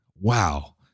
Wow